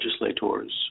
legislators